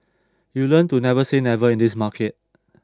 you learn to never say never in this market